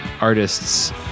artists